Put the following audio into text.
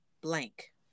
blank